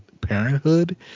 Parenthood